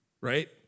Right